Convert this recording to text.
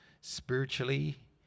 spiritually